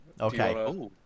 Okay